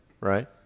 right